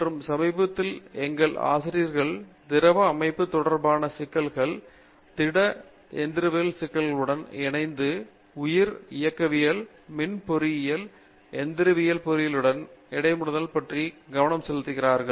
மற்றும் சமீபத்தில் எங்கள் ஆசிரியர்கள் திரவ அமைப்பு தொடர்பான சிக்கல்கள் திட எந்திரவியல் சிக்கல்களுடன் இணைந்த உயிர் இயக்கவியல் மின் பொறியியலை எந்திரவியல் பொறியியலுடன் இடைமுகப்படுத்துதல் போன்றவற்றில் கவனம் செலுதிக்கிறார்கள்